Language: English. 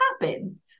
happen